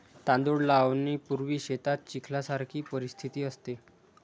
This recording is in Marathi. तांदूळ लावणीपूर्वी शेतात चिखलासारखी परिस्थिती असते